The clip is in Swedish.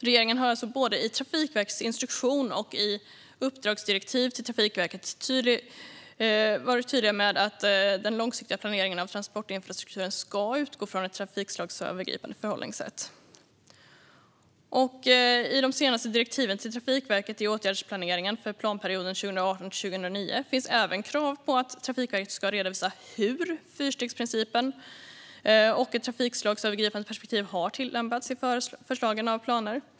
Regeringen har alltså både i Trafikverkets instruktion och i uppdragsdirektivet till Trafikverket varit tydlig med att den långsiktiga planeringen av transportinfrastrukturen ska utgå från ett trafikslagsövergripande förhållningssätt. I de senaste direktiven till Trafikverkets åtgärdsplanering för planperioden 2018-2029 finns även krav på att Trafikverket ska redovisa hur fyrstegsprincipen och ett trafikslagsövergripande perspektiv har tillämpats i förslagen till planer.